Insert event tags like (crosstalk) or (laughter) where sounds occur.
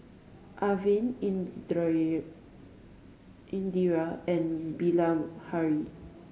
Arvind (unintelligible) Indira and Bilahari